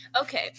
Okay